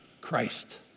Christ